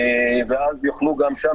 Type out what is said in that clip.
ואז יוכלו גם שם,